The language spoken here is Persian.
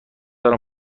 دارم